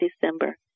December